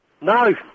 No